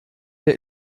der